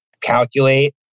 calculate